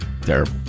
Terrible